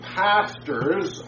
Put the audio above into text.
pastors